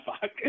fuck